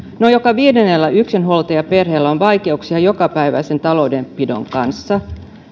noin joka viidennellä yksinhuoltajaperheellä on vaikeuksia jokapäiväisen taloudenpidon kanssa